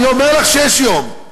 אני אומר לך שיש יום,